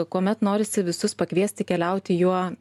kuomet norisi visus pakviesti keliauti juo